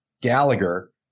Gallagher